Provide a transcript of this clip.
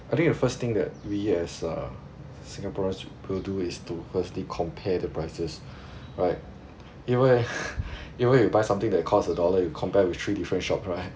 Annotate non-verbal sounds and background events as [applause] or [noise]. I think the first thing that we as a singaporeans should per do is to firstly compare the prices right even [laughs] even if you buy something that cost a dollar you compare with three different shops right